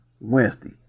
Wednesday